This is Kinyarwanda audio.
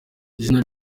izina